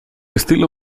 estilo